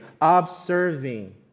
observing